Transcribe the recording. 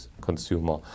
consumer